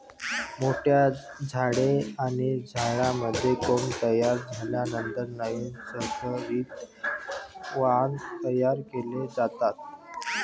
मोठ्या झाडे आणि झाडांमध्ये कोंब तयार झाल्यानंतर नवीन संकरित वाण तयार केले जातात